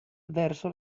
verso